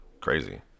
crazy